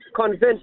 convinced